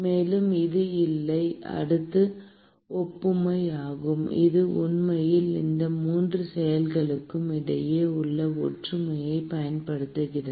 மேலும் இது எல்லை அடுக்கு ஒப்புமை ஆகும் இது உண்மையில் இந்த 3 செயல்முறைகளுக்கு இடையே உள்ள ஒற்றுமையைப் பயன்படுத்துகிறது